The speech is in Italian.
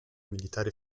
militare